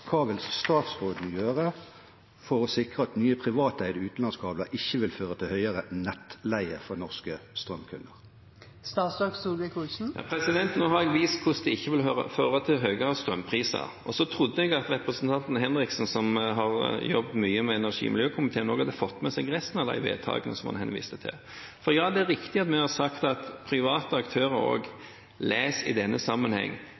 Hva vil statsråden gjøre for å sikre at nye privateide utenlandskabler ikke vil føre til høyere nettleie for norske strømkunder? Nå har jeg vist hvordan dette ikke vil føre til høyere strømpriser. Jeg trodde representanten Henriksen, som har jobbet mye med energi- og miljøkomiteen, også hadde fått med seg resten av de vedtakene han henviste til. Ja, det er riktig at vi har sagt også private aktører, les i denne sammenheng